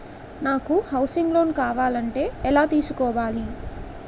నాకు housing loan కావాలంటే ఎలా తీసుకోవాలి?